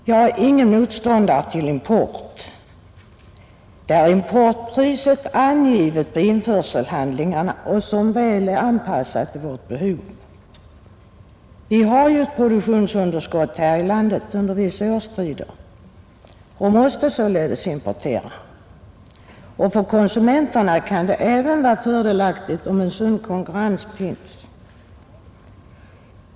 Jag är ingen motståndare till import som är avpassad efter vårt behov och där importpriset är angivet på införselhandlingarna. Vi har ett produktionsunderskott här i landet under vissa årstider och måste således importera. För konsumenterna kan det även vara fördelaktigt med en sund konkurrens.